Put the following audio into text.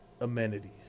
amenities